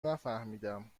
نفهمیدم